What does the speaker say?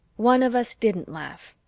one of us didn't laugh.